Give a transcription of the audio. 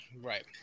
Right